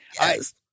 Yes